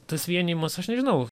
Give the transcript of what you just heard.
tas vienijimas aš nežinau